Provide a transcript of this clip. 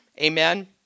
Amen